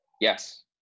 Yes